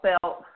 felt